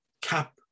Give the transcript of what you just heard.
cap